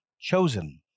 chosen